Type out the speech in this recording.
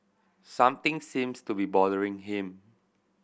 something seems to be bothering him